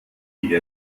die